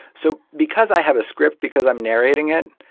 so because i have a script, because i'm narrating it,